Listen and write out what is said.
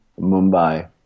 Mumbai